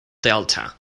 delta